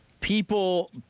People